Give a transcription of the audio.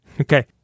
Okay